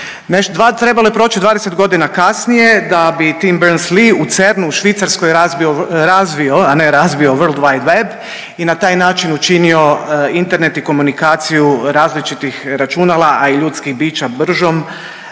Trebalo je proći 20 godina kasnije da bi Tim Burns Lee u Cernu razvio, a ne razbio World Wide Web i na taj način učinio Internet i komunikaciju različitih računala a i ljudskih bića bržom,